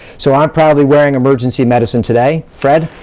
so i'm proudly wearing emergency medicine today. fred?